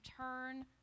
turn